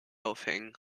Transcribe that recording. aufhängen